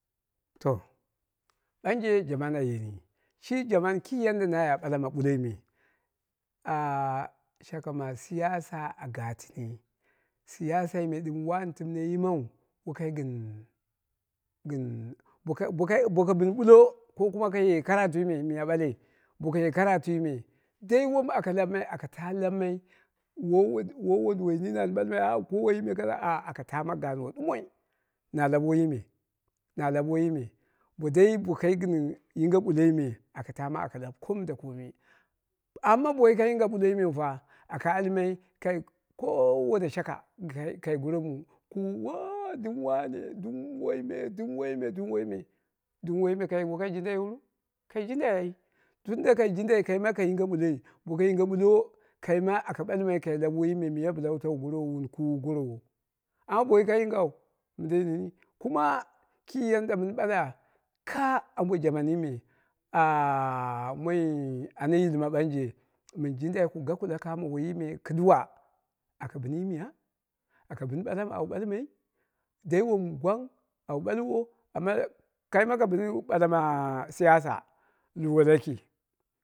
To ɓanje jaman a yeni shi jaman ki yadda na ya ɓala ma ɓulloi me ah shaka ma siyasa a gatɨni, siyasai me ɗɨm wani timne yimau gɨn gɨn boka bo ko ɓin ɓullo ko kuma rage karatui me miya ɓale, boko ye karatui me dai wlom labmai aka ta labmai wowoduwoi nini an ɓalmai ko woiyi kasa aka taama gaano ɗumoi, na lab woiyi me, na lab woiyi me, bo da bo kai gɨn yinge ɓulloi me aka taama a lab komi da komi amma bo woi kai yinga ɓulloi mu ta aka lamai kai ko wone shaka ka kai goro mu, woo dɨm wane dɨm woiyi me, dɨm woiyi me, dɨ woiyi me, dɨm woiyi me kai woi kai jindai kai ma ka yinge ɓulloi boko yinge ɓullo kaima aka ɓalmai kai lab woiyi me miya bɨla wu tawu gorowo wun kuwu gorowo amma bo woi kai yingau mindei nini kuma ki yanda mɨn ɓala ka amɓo jamani me ahh moi ana yilma ɓanje mɨn jindai ku gaku la kamo woiyi me kɨduwa akɨ bɨn yi miya aka bɨn ɓalam au ɓalmai, dai wom gwang awu ɓalwo amma kaima ka bɨni ɓala ma siyasa liwo laki